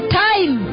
time